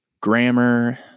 grammar